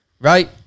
right